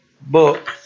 book